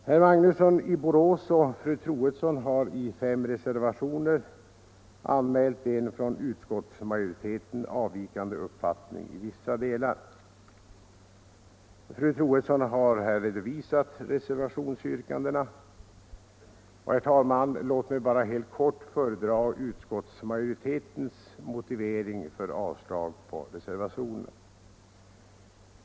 Herr Magnusson i Borås och fru Troedsson har i fem reservationer anmält en från utskottsmajoriteten avvikande uppfattning i vissa delar. Fru Troedsson har här redovisat reservationsyrkandena. Låt mig bara helt kort föredra utskottsmajoritetens motivering för avstyrkande av de motioner som ligger till grund för reservationerna.